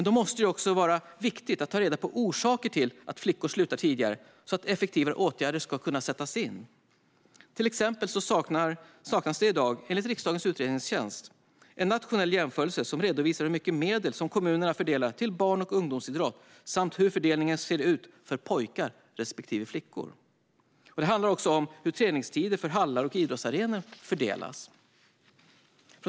Då måste det också vara viktigt att ta reda på orsaker till att flickor slutar tidigare så att effektiva åtgärder kan sättas in. Till exempel saknas i dag, enligt riksdagens utredningstjänst, en nationell jämförelse som redovisar hur mycket medel som kommunerna fördelar till barn och ungdomsidrott samt hur fördelningen ser ut för pojkar respektive flickor. Det handlar också om hur träningstider i hallar och idrottsarenor fördelas.